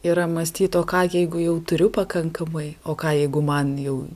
yra mąstyti o ką jeigu jau turiu pakankamai o ką jeigu man jau